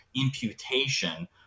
imputation